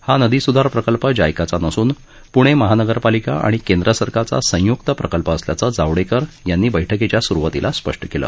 हा नदी सुधार प्रकल्प जायकाचा नसून पृणे महानगरपालिका आणि केंद्र सरकारचा संयक्त प्रकल्प असल्याचं जावडेकर यांनी बैठकीच्या स्रुवातीला स्पष्ट केलं